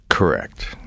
Correct